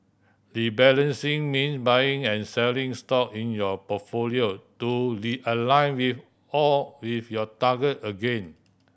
rebalancing means buying and selling stock in your portfolio to realign with all with your target again